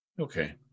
Okay